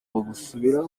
bagasubira